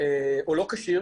או לא כשיר